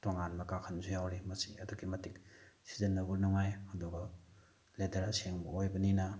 ꯇꯣꯉꯥꯟꯕ ꯀꯥꯈꯟꯁꯨ ꯌꯥꯎꯔꯤ ꯃꯁꯤ ꯑꯗꯨꯛꯀꯤ ꯃꯇꯤꯛ ꯁꯤꯖꯤꯟꯅꯕ ꯅꯨꯡꯉꯥꯏ ꯑꯗꯨꯒ ꯂꯦꯗꯔ ꯑꯁꯦꯡꯕ ꯑꯣꯏꯕꯅꯤꯅ